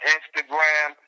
Instagram